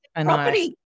property